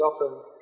often